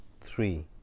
three